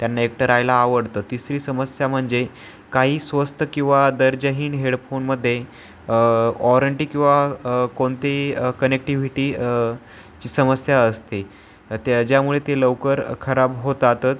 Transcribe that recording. त्यांना एकटं रहायला आवडतं तिसरी समस्या म्हणजे काही स्वस्त किंवा दर्जाहीन हेडफोनमध्ये ऑरंटी किंवा कोणते कनेक्टिव्हिटीची समस्या असते त्या ज्यामुळे ते लवकर खराब होतातच